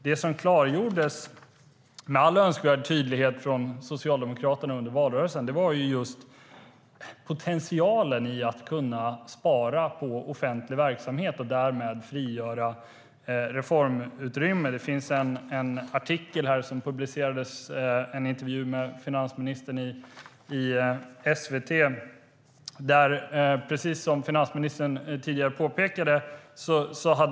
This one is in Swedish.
Det som klargjordes med all önskvärd tydlighet från Socialdemokraterna under valrörelsen var just potentialen i att kunna spara på offentlig verksamhet och därmed frigöra reformutrymme. I en intervju med finansministern som publicerades i SVT framhölls Danmark som förebild i enlighet med det finansministern nu påpekat.